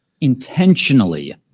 Intentionally